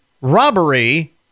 robbery